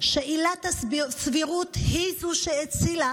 עילת הסבירות היא שהצילה